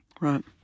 Right